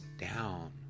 down